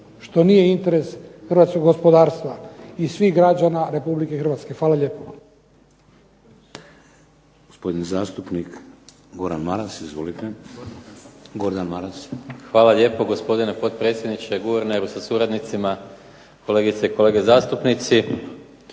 što nije interes hrvatskog gospodarstva i svih građana Republike Hrvatske. Hvala lijepo.